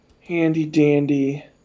handy-dandy